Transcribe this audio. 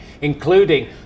including